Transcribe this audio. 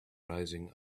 rising